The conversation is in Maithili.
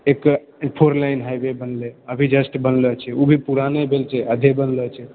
एक फोर लाइन हाईवे बनलै अभी जस्ट बनलो छै ओ भी पूरा नहि भेल छै आधे बनलो छै